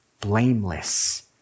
blameless